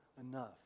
enough